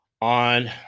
on